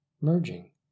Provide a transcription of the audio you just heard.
merging